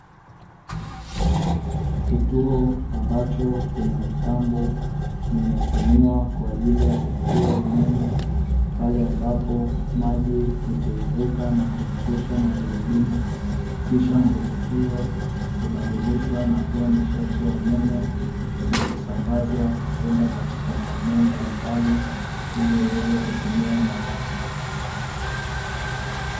Kituo ambacho kina mitambo inayotumiwa kwa ajili ya kufua umeme pale ambapo maji hutiririka na kuzungusha magurudumu, kisha nguvu hiyo hubadilishwa na kuwa nishati ya umeme na kusambazwa kwenda katika maeneo mbalimbali ili iweze kutumiwa na watu.